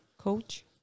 coach